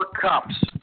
cups